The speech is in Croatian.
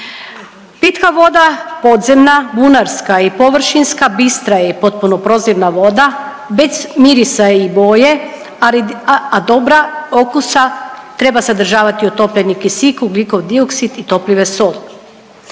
Pitka voda podzemna, bunarska i površinska bistra je potpuno prozirna voda bez mirisa i boje, a dobra okusa treba sadržavati otopljeni kisik, ugljikov dioksid i topljive soli.